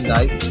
Night